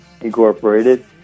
Incorporated